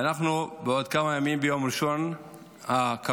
בעוד כמה ימים, ביום ראשון הקרוב,